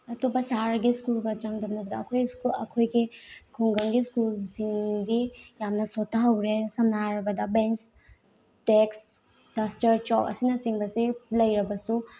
ꯑꯇꯣꯞꯄ ꯁꯥꯍꯔꯒꯤ ꯁ꯭ꯀꯨꯜꯒ ꯆꯥꯡꯗꯝꯅꯕꯗ ꯑꯩꯈꯣꯏ ꯁ꯭ꯀꯨꯜ ꯑꯩꯈꯣꯏꯒꯤ ꯈꯨꯡꯒꯪꯒꯤ ꯁ꯭ꯀꯨꯜꯁꯤꯡꯗꯤ ꯌꯥꯝꯅ ꯁꯣꯊꯍꯧꯔꯦ ꯁꯝꯅ ꯍꯥꯏꯔꯕꯗ ꯕꯦꯟꯁ ꯗꯦꯛꯁ ꯗꯁꯇꯔ ꯆꯣꯛ ꯑꯁꯤꯅꯆꯤꯡꯕꯁꯦ ꯂꯩꯔꯕꯁꯨ